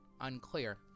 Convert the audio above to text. unclear